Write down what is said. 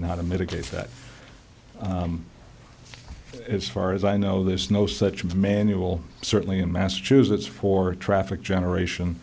know how to mitigate that as far as i know there's no such manual certainly in massachusetts for a traffic generation